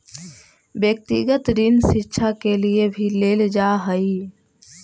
व्यक्तिगत ऋण शिक्षा के लिए भी लेल जा हई